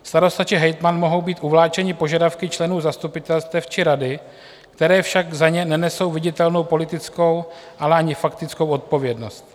Starosta či hejtman mohou být uvláčeni požadavky členů zastupitelstev či rady, které však za ně nenesou viditelnou politickou, ale ani faktickou odpovědnost.